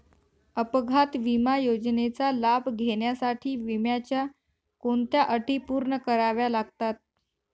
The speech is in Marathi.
अपघात विमा योजनेचा लाभ घेण्यासाठी विम्याच्या कोणत्या अटी पूर्ण कराव्या लागतात?